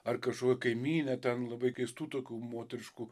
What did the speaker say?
ar kažkokia kaimynė ten labai keistų tokių moteriškų